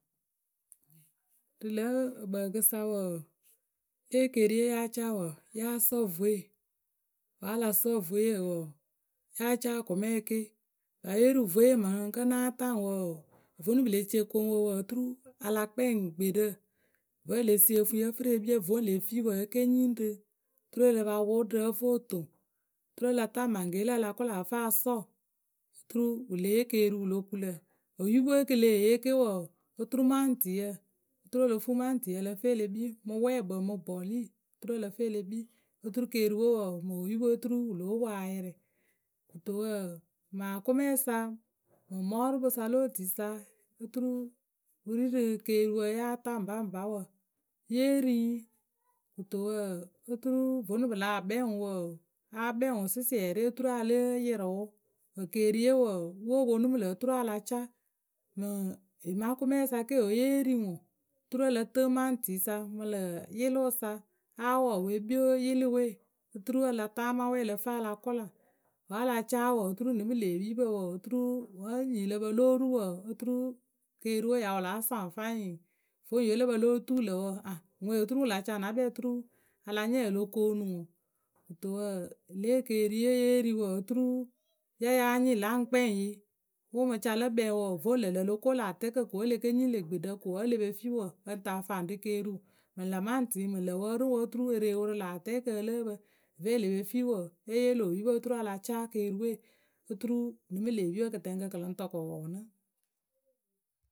Rǝ lǝ̌ ǝkpǝǝkǝ sa wǝǝ le ekeeriye ya caa wǝǝ, ya sɔɔ vwe. Wǝ́ a la sɔɔ vweyǝ wǝǝ, ya caa akʊme ke. Paape rǝ vwe mɨŋkǝ́ ŋ́ náa taa ŋwǝ wǝǝ, vonuŋ pǝ le ce koŋwǝ wǝǝ, oturu a la kpɛŋ gbeɖǝ. Vǝ́ e le sie ofuŋyǝ ǝ fɨ rǝ e kpii vǝ́ le fii wǝǝ e ke nyiŋrǝ oturu a la pa wʊɖǝ ǝ fǝ o toŋ oturu a la taa maŋgelǝ a la kʊla ǝ fɨ a sɔɔ oturu wǝ le yee keeriu wǝ lo ko lǝ̈. Oyupǝ we kǝle yee ke wǝǝ oturu maŋtɩyǝ Oturu o lo fuu maŋtɩyǝ ǝ lǝ fɨ e le kpii mǝ wǝpwɛkpǝ mǝ bɔɔlui oturu ǝ lǝ fɨ e le kpii. Oturu keeriu we wǝǝ mǝŋ oyupǝ we oturu wǝ lóo poŋ ayɩrɩ kɨto wǝǝ mɨŋ akʊmeyǝ sa, mɔrʊkpǝ sa lo otui sa wǝ ri rǝ keeriwǝ ya taa ŋpaŋpa wǝ. Ye ri yǝ kɨto wǝǝ oturu vǝnuŋ pǝ lah kpɛŋ wǝ wǝǝ, a kpɛŋ wǝ sɩsiɛrɩ oturu a ya láatɩrɩ wʊ. Ekeeriyǝ wǝǝ, we wǝ ponu mǝ lǝ̈ oturu a la caa mɨŋ emakume sa ke ye ri ŋwǝ oturu ǝ lǝ tɨɨ mamntɩyǝ sa mɨ lâ yɩlɩwǝ sa a wɔɔ wǝ e kpii yɩlɩwe oturu a la taa mawɛ ǝ lǝ fǝ a la kʊla. Wǝ́ a la caa wǝǝ, oturu nɨ mɨ lë epipǝwǝǝ oturu wǝ́ nyi lǝ pǝ lóo ru wǝǝ oturu keeriwe ya wǝ láa saŋ fwaiŋ vǝ́ ye lǝ pǝ lóo tu lǝ̈ wǝǝ. a ŋwe oturu wǝ la ca na kpɛ oturu a la ntyɛ o lo koonu. Kɨto wǝǝ, lě ekeeriye ye ri wǝǝ oturu ya ya nyɩɩ la ŋ kpɛŋ yǝ wǝ mɨ ca lǝ kpɛ wǝ vo lǝ̈ ŋlǝ̈ o lo ko lä atɛɛkǝ ko wǝ́ e le ke nyiŋ lë gbeɖǝ ko wǝ́ e le pe fii wǝǝ ǝ ŋ tɨ a faŋ rǝ keeru mɨŋ lä maŋtɩ mɨŋ lǝ̈ wǝ ri wǝ oturu e re wǝ rǝ lä atɛɛkǝ ǝ lǝ́ǝ pǝ. Ve e le pe fii wǝǝ, e yee lö oyupǝ oturu a la caa keeriwe oturu nɨ mɨ lë epipǝ kɨtɛŋkǝ kɨ lɨŋ tɨ kɨ wʊ nɨ.